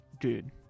dude